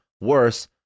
worse